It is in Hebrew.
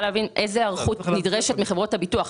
להבין איזו היערכות נדרשת מחברות הביטוח,